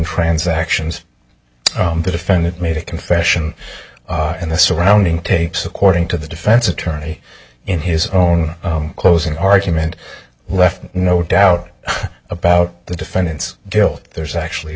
transactions the defendant made a confession and the surrounding tapes according to the defense attorney in his own closing argument left no doubt about the defendant's guilt there's actually a